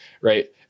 right